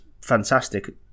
fantastic